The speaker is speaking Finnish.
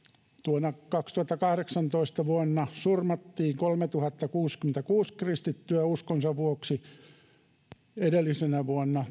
vuonna kaksituhattakahdeksantoista surmattiin kolmetuhattakuusikymmentäkuusi kristittyä uskonsa vuoksi edellisenä vuonna